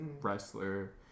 wrestler